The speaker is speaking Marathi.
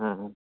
हां हां